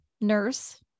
nurse